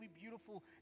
beautiful